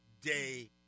day